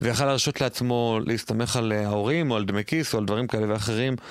ויכל להרשות לעצמו להסתמך על ההורים, או על דמי כיס, או על דברים כאלה ואחרים.